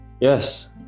Yes